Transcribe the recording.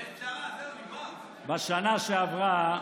בשנה שעברה,